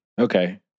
Okay